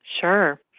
Sure